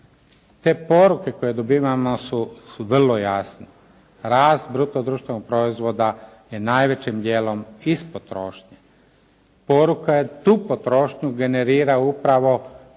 Te poruke koje dobivamo su vrlo jasne. Rast bruto društvenog proizvoda je najvećim djelom iz potrošnje. Poruka je da tu potrošnju generira upravo